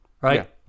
Right